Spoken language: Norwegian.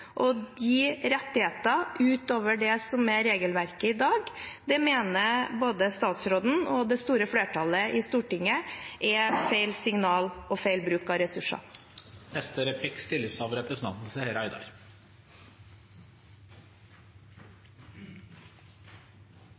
å gi rettigheter utover det som er i regelverket i dag, mener både statsråden og det store flertallet i Stortinget er feil signal og feil bruk av ressurser.